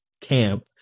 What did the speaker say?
camp